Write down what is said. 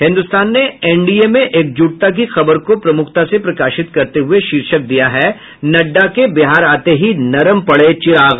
हिन्दुस्तान ने एनडीए में एकजुटता की खबर को प्रमुखता से प्रकाशित करते हुये शीर्षक दिया है नड्डा के बिहार आते हीं नरम पड़े चिराग